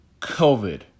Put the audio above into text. COVID